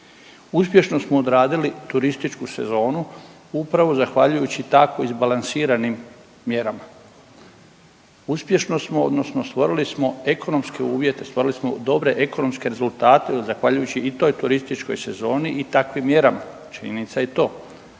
Uspješno smo odradili turističku sezonu upravo zahvaljujući tako izbalansiranim mjerama. Uspješno smo odnosno stvorili smo ekonomske uvjete, stvorili smo dobre ekonomske rezultate zahvaljujući i toj turističkoj sezoni i takvim mjerama, činjenica je i to.